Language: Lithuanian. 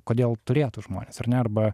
kodėl turėtų žmonės ar ne arba